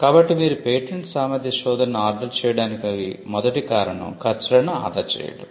కాబట్టి మీరు పేటెంట్ సామర్థ్య శోధనను ఆర్డర్ చేయడానికి మొదటి కారణం ఖర్చులను ఆదా చేయడం